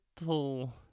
little